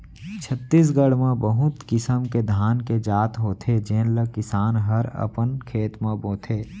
छत्तीसगढ़ म बहुत किसिम के धान के जात होथे जेन ल किसान हर अपन खेत म बोथे